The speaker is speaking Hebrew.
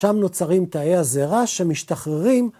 ‫שם נוצרים תאי הזרע שמשתחררים...